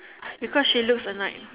because she looks alike